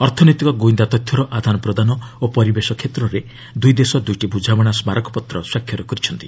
ଅର୍ଥନୈତିକ ଗୁଇନ୍ଦା ତଥ୍ୟର ଆଦାନପ୍ରଦାନ ଓ ପରିବେଶ କ୍ଷେତ୍ରରେ ଦୁଇଦେଶ ଦୁଇଟି ବୁଝାମଣା ସ୍କାରକପତ୍ର ସ୍ୱାକ୍ଷର କରିଛନ୍ତି